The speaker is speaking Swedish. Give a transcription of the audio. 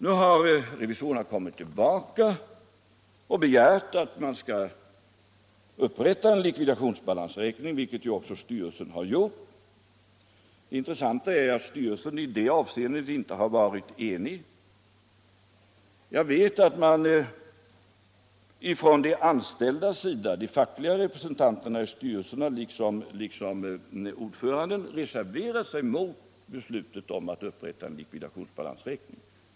Nu har revisorerna kommit ullbaka och begirt att man skall upprätta likvidavionsbalansräkning. vilket också styrelsen har gjort. Det intressanta är att styrelsen + det avseendet inte varit enig. Jag vet ant de fackliga representanterna i styrelsen liksom) ordföranden reserverat sig mot beslutet att upprätta on likvidavonsbalansräkning.